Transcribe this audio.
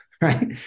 right